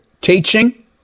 teaching